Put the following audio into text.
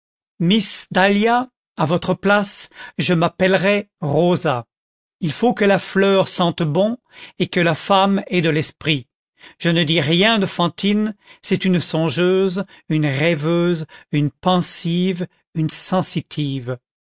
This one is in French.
miss dahlia à votre place je m'appellerais rosa il faut que la fleur sente bon et que la femme ait de l'esprit je ne dis rien de fantine c'est une songeuse une rêveuse une pensive une sensitive